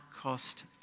cost